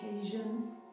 occasions